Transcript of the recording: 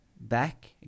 back